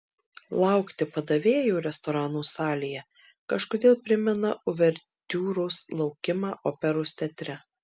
laukti padavėjo restorano salėje kažkodėl primena uvertiūros laukimą operos teatre